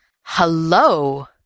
Hello